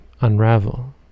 unravel